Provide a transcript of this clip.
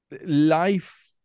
life